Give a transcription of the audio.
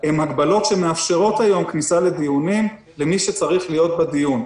הן הגבלות שמאפשרות היום כניסה לדיונים למי שצריך להיות בדיון.